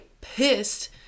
pissed